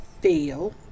feel